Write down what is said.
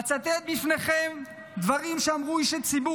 אצטט בפניכם דברים שאמרו אישי ציבור